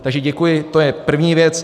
Takže děkuji, to je první věc.